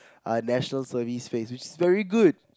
uh National Service phase which is very good